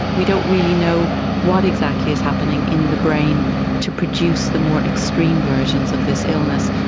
we don't really know what exactly is happening in the brain to produce the more extreme versions of this illness,